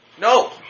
No